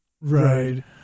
Right